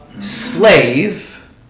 slave